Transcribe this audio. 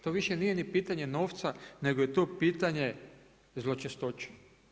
To nije više ni pitanje novca, nego je to pitanje zločestoće.